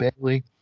bailey